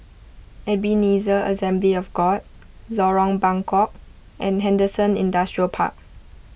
Ebenezer Assembly of God Lorong Buangkok and Henderson Industrial Park